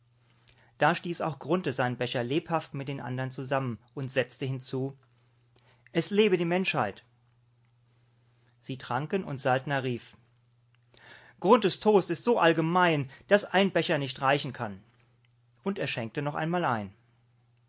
da stieß auch grunthe seinen becher lebhaft mit den andern zusammen und setzte hinzu es lebe die menschheit sie tranken und saltner rief grunthes toast ist so allgemein daß ein becher nicht reichen kann und er schenkte noch einmal ein